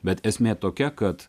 bet esmė tokia kad